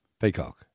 Peacock